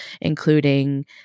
including